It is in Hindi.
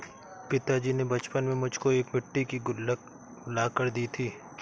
पिताजी ने बचपन में मुझको एक मिट्टी की गुल्लक ला कर दी थी